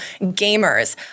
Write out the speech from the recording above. gamers